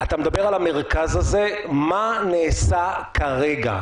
אתה מדבר על המרכז הזה, מה נעשה כרגע?